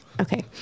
Okay